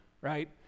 right